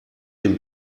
den